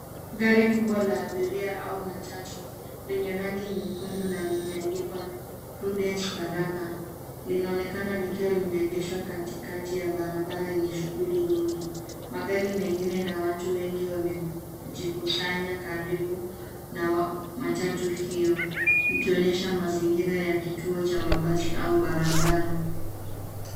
Gari kubwa la abiria au matatu lenye rangi nyekundu na limeandikwa Prudence Baraka linaonekana likiwa limeegeshwa katikati ya barabara yenye shughuli nyingi. Magari mengine na watu wengi wamejikusanya karibu na matatu hiyo ikionyesha mazingira ya kituo cha mabasi au barabara.